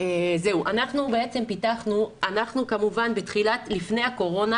אנחנו לפני הקורונה